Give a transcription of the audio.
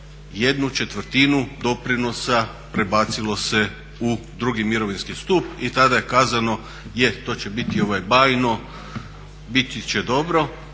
jednu četvrtinu doprinosa prebacilo se u drugi mirovinski stup i tada je kazano je to će biti bajno, biti će dobro